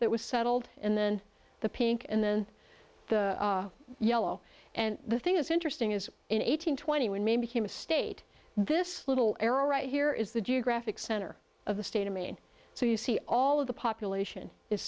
that was settled and then the pink and then the yellow and the thing that's interesting is in eight hundred twenty one main became a state this little arrow right here is the geographic center of the state of maine so you see all of the population is